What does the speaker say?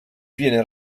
viene